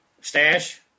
Stash